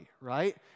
right